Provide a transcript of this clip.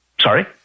Sorry